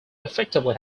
effectively